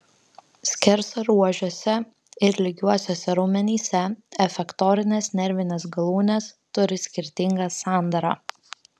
skersaruožiuose ir lygiuosiuose raumenyse efektorinės nervinės galūnės turi skirtingą sandarą